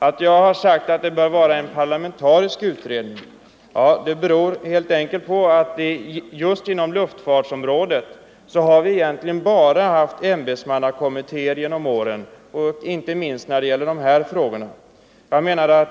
Att jag anser att det bör vara en parlamentarisk utredning beror helt enkelt på att vi inom luftfartsområdet egentligen bara haft ämbetsmannakommittéer genom åren, inte minst när det gällt de frågor som jag nu närmast aktualiserat.